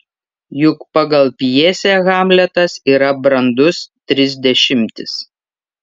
juk pagal pjesę hamletas yra brandus trisdešimtis